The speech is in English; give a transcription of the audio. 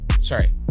Sorry